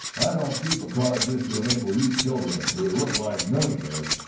i don't keep a car just to enable you children to look like millionaires!